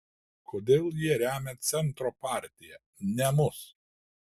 kodėl jie remia centro partiją ne mus